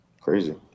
crazy